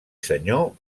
senyor